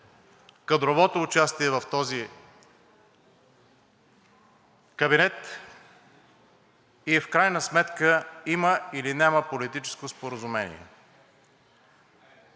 кадровото участие в този кабинет. В крайна сметка има или няма политическо споразумение?